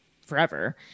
forever